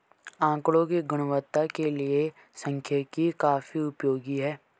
आकड़ों की गुणवत्ता के लिए सांख्यिकी काफी उपयोगी है